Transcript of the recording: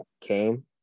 came